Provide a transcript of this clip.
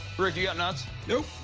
rick, do you got nuts? nope.